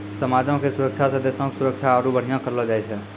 समाजो के सुरक्षा से देशो के सुरक्षा के आरु बढ़िया करलो जाय छै